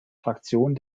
fraktion